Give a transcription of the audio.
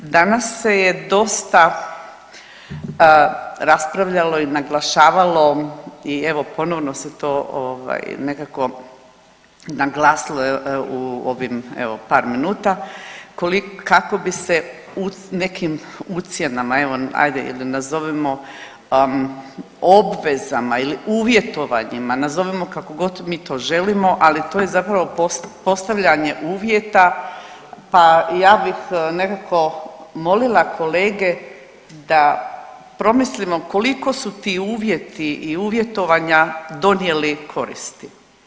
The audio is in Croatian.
Danas se je dosta raspravljalo i naglašavalo i evo, ponovno se to ovaj nekako naglasilo u ovim evo par minuta, kako bi se neki ucjenama, evo ajde ili nazovimo obvezama ili uvjetovanjima, nazovimo kako god mi to želimo, ali to je zapravo postavljanje uvjeta pa ja bih nekako molila kolege da promislimo koliko su ti uvjeti i uvjetovanja donijeli koristi.